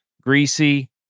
Greasy